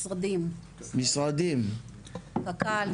קק"ל,